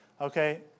okay